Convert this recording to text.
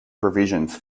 provisions